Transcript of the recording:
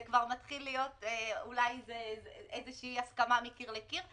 זה מתחיל להיות איזושהי הסכמה מקיר לקיר,